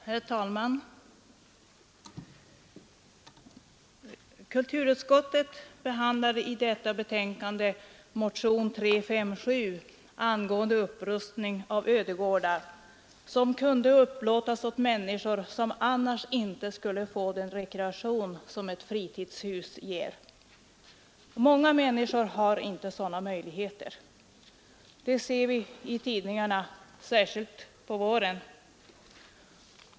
Herr talman! Kulturutskottet behandlar i detta betänkande motionen 357 angående upprustning av ödegårdar, som kunde upplåtas åt människor som annars inte skulle få den rekreation som ett fritidshus ger. Många människor har inte sådana möjligheter. Det kan vi se i tidningarna, särskilt på våren.